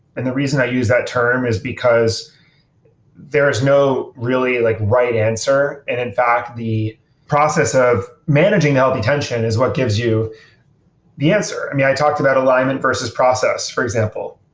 and the reason i use that term is because there is no really like right answer. and in fact, the process of managing healthy tension is what gives you the answer. i mean, i talked about alignment versus process, for example